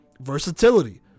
versatility